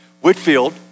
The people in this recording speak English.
Whitfield